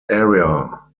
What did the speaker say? area